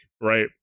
right